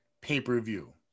pay-per-view